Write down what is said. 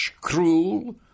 cruel